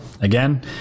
Again